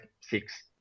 six